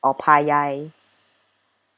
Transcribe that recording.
or pie I